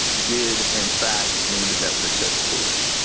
did in fact mean that that was excessive force.